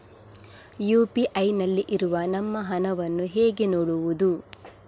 UPI ನಲ್ಲಿ ಇರುವ ನಮ್ಮ ಹಣವನ್ನು ಹೇಗೆ ನೋಡುವುದು?